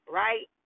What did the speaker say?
right